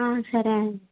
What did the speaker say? సరే అండి